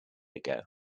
ago